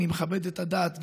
אני מכבד את הדת,